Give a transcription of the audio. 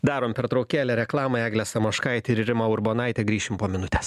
darom pertraukėlę reklamai eglė samoškaitė ir rima urbonaitė grįšim po minutės